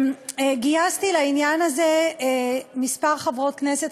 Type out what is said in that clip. גייסתי לעניין הזה כמה חברות כנסת,